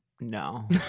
No